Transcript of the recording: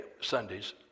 Sundays